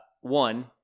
One